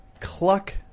Cluck